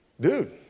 Dude